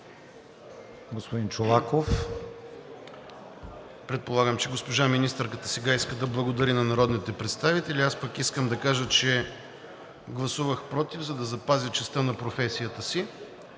(ГЕРБ-СДС): Предполагам, че госпожа министърката сега иска да благодари на народните представители. Аз пък искам да кажа, че гласувах против, за да запазя честта на професията си.